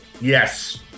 Yes